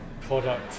product